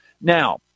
Now